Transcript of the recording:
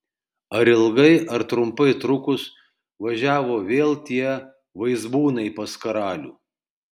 ar ilgai ar trumpai trukus važiavo vėl tie vaizbūnai pas karalių